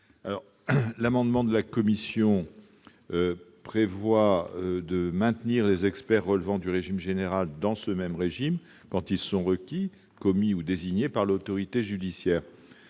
amendement a pour objet de maintenir les experts relevant du régime général dans ce même régime quand ils sont requis, commis ou désignés par l'autorité judiciaire.